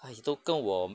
!hais! 都跟我